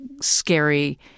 scary